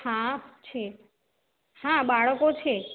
હા છે હા બાળકો છે